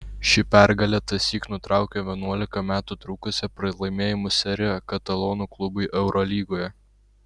ši pergalė tąsyk nutraukė vienuolika metų trukusią pralaimėjimų seriją katalonų klubui eurolygoje